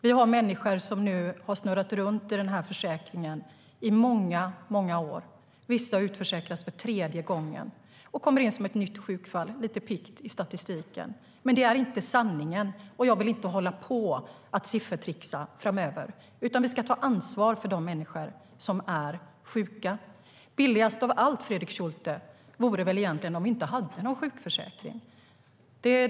Vi har människor som har snurrat runt i försäkringen i många, många år. Vissa utförsäkras för tredje gången och kommer in som ett nytt sjukfall, lite piggt, i statistiken. Men det är inte sanningen. Jag vill inte hålla på och siffertrixa framöver, utan vi ska ta ansvar för de människor som är sjuka. Billigast av allt, Fredrik Schulte, vore väl egentligen om vi inte hade någon sjukförsäkring.